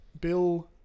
Bill